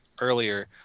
earlier